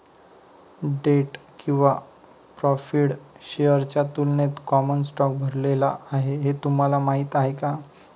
Date किंवा preferred शेअर्सच्या तुलनेत कॉमन स्टॉक भरलेला आहे हे तुम्हाला माहीत आहे का?